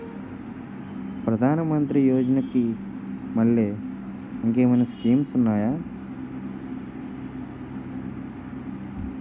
ప్రధాన మంత్రి యోజన కి మల్లె ఇంకేమైనా స్కీమ్స్ ఉన్నాయా?